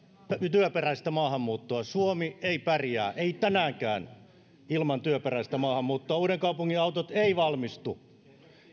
työperäistä maahanmuuttoa suomi ei pärjää ei tänäänkään ilman työperäistä maahanmuuttoa uudenkaupungin autot eivät valmistu